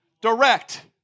direct